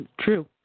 True